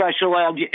special